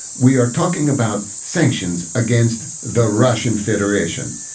we are talking about sanctions against the russian federation.